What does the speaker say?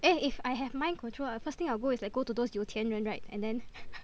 eh if I have mind control ah the first thing I'll go is like go to those 有钱人 right and then